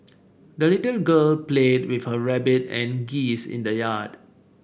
the little girl played with her rabbit and geese in the yard